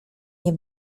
nie